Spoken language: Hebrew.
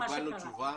קיבלנו תשובה.